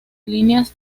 líneas